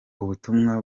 ubutumwa